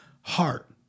heart